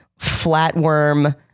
flatworm